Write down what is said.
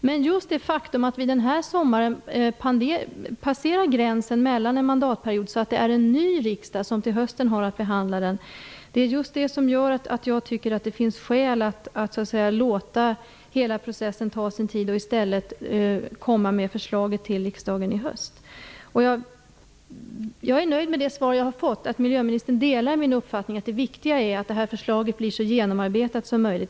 Men just det faktum att vi den här sommaren passerar gränsen mellan mandatperioderna och att det är en ny riksdag som har att behandla den till hösten gör att jag tycker att det finns skäl att låta hela processen ta sin tid och i stället komma med förslaget till riksdagen i höst. Jag är nöjd med det svar jag har fått att miljöministern delar min uppfattning att det viktiga är att det här förslaget blir så genomarbetat som möjligt.